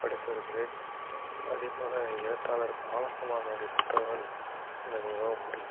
படித்து வருகிறேன் அதே போல எழுத்தாளர் பாலகுமாரனுடைய புத்தகங்கள் எனக்கு மிகவும் பிடிக்கும்